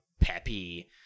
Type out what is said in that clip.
peppy